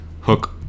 Hook